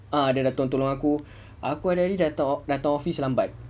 ah dia dah tolong tolong aku aku tiap-tiap hari datang office lambat